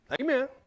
Amen